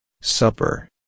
supper